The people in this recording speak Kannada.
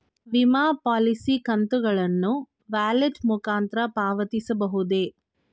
ವಿಮಾ ಪಾಲಿಸಿ ಕಂತುಗಳನ್ನು ವ್ಯಾಲೆಟ್ ಮುಖಾಂತರ ಪಾವತಿಸಬಹುದೇ?